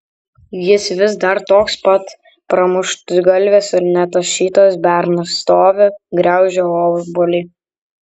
jis vis dar toks pat pramuštgalvis ir netašytas bernas stovi graužia obuolį